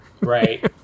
Right